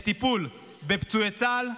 וצריך להפנות את הכסף אך ורק לטיפול בפצועי צה"ל,